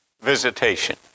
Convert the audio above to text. visitation